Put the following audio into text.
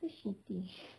so shitty